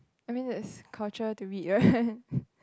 I mean there is culture to read right